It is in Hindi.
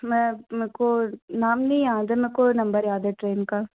मैं मे को नाम नहीं याद है मे को नंबर याद है ट्रेन का